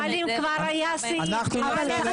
אבל אם כבר היה סעיף --- קטיה,